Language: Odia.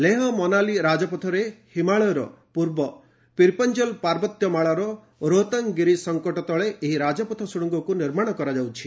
ଲେହ ମନାଲୀ ରାଜପଥରେ ହିମାଳୟର ପୂର୍ବ ପିର୍ପଞ୍ଜଲ୍ ପାର୍ବତ୍ୟମାଳାର ରୋହତାଙ୍ଗ୍ ଗିରି ସଂକଟ ତଳେ ଏହି ରାଜପଥ ସୁଡ଼ଙ୍ଗକୁ ନିର୍ମାଣ କରାଯାଉଛି